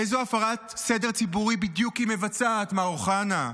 איזו הפרת סדר ציבורי בדיוק היא מבצעת, מר אוחנה?